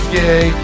gay